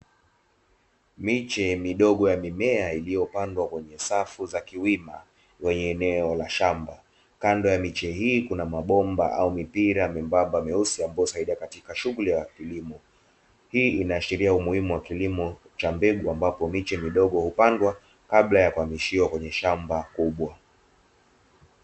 Miche midogo ya mimea iliyopandwa kwenye safu za kiwima kwenye eneo la shamba. Kando ya miche hii kuna mabomba au mipira miembamba myeusi ambao husaidia katika shughuli za kilimo. Hii inaashiria umuhimu wa kilimo cha mbegu ambapo miche hupandwa kabla ya kuhamishiwa kwenye shamba kubwa.